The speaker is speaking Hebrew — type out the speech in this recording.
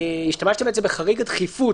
השתמשתם בחריג הדחיפות,